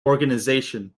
organization